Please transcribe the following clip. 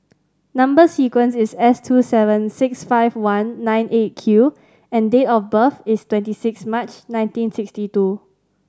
number sequence is S two seven six five one nine Eight Q and date of birth is twenty six March nineteen sixty two